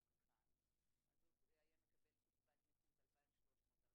קח"ן אז הוא היה מקבל קצבת נכות 2342